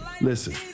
Listen